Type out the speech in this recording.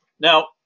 Now